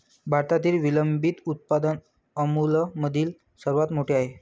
भारतातील विलंबित उत्पादन अमूलमधील सर्वात मोठे आहे